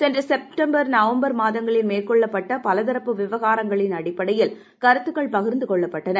சென்ற September November மாதங்களில் மேற்கொள்ளப்பட்ட பல தரப்பு விவகாரங்களின் அடிப்படையில் கருத்துக்கள் பகிர்ந்து பகொள்ளப்பட்டன